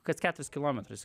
kas keturis kilometrus